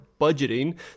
budgeting